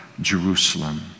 Jerusalem